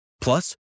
Plus